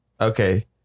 Okay